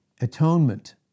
Atonement